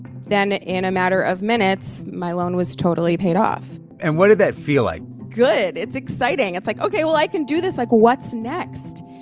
then in a matter of minutes, my loan was totally paid off and what did that feel like? good. it's exciting. it's like, ok, well, i can do this. like, what's next?